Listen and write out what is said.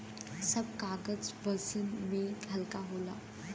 सब कागज वजन में हल्का होला